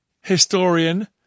historian